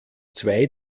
zwei